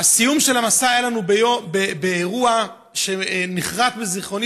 הסיום של המסע היה באירוע שנחרת בזיכרוני